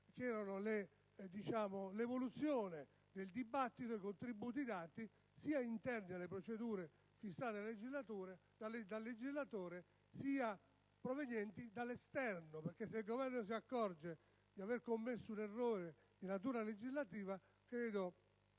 conto dell'evoluzione del dibattito e dei contributi dati, sia interni alle procedure fissate dal legislatore, sia provenienti dall'esterno. Questo perché, se il Governo si accorge di aver commesso un errore di natura legislativa, credo